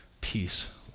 peace